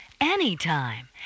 anytime